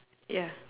ya